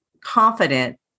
confident